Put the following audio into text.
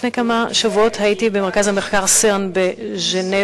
לפני כמה שבועות הייתי במרכז המחקר CERN בז'נבה,